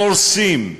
קורסים.